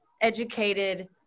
educated